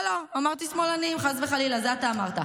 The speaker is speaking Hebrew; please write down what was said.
לא, לא אמרתי שמאלנים, חס וחלילה, זה אתה אמרת.